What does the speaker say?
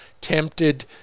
tempted